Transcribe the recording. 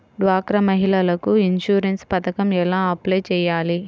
డ్వాక్రా మహిళలకు ఇన్సూరెన్స్ పథకం ఎలా అప్లై చెయ్యాలి?